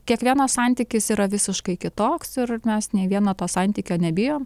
kiekvieno santykis yra visiškai kitoks ir mes nei vieno to santykio nebijom